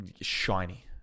shiny